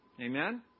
Amen